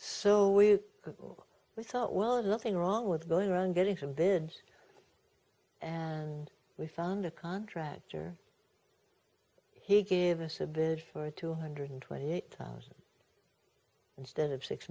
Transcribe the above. so we thought well nothing wrong with going around getting some vids and we found a contractor he gave us a bid for two hundred twenty eight thousand instead of six